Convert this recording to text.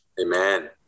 Amen